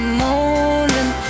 morning